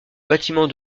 bâtiment